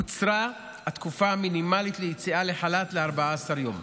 קוצרה התקופה המינימלית ליציאה לחל"ת ל-14 יום,